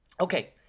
Okay